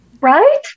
Right